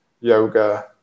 yoga